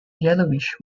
yellowish